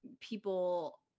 people